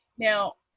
now,